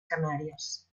canàries